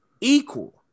equal